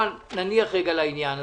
אבל נניח לעניין הזה.